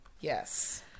yes